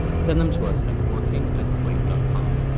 send them to us at working at slate dot com.